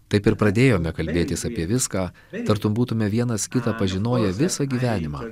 taip ir pradėjome kalbėtis apie viską tartum būtume vienas kitą pažinoję visą gyvenimą